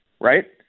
right